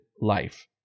life